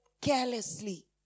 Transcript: carelessly